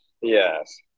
Yes